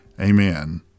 amen